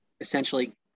essentially